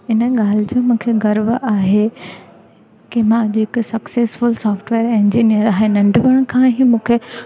हिन ॻाल्हि जो मूंखे गर्व आहे की मां अॼु हिकु सक्सैलफुल सॉफ्टवेयर इंजीनियर ऐं नंढपण खां ई मूंखे